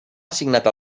assignat